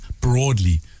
Broadly